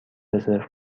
رزرو